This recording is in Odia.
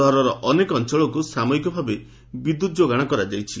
ସହରର ଅନେକ ଅଞ୍ଞଳକୁ ସାମୟିକ ଭାବେ ବିଦ୍ୟୁତ୍ ଯୋଗାଣ କରାଯାଇଛି